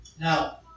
Now